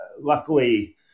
luckily